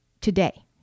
today